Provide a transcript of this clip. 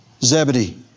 Zebedee